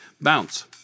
bounce